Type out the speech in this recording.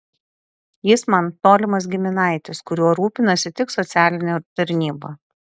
jis man tolimas giminaitis kuriuo rūpinasi tik socialinė tarnyba